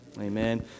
amen